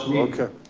ah okay.